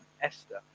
Esther